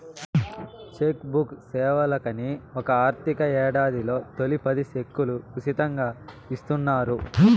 check book సేవలకని ఒక ఆర్థిక యేడాదిలో తొలి పది సెక్కులు ఉసితంగా ఇస్తున్నారు